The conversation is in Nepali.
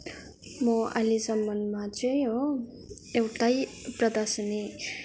म अहिलेसम्ममा चाहिँ हो एउटै प्रदर्सनी